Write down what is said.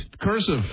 cursive